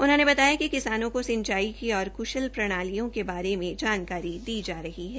उन्होंने बताया कि किसानों को सिंचाई और क्शल प्रणालियों के बारे में जानकारी दी जा रही है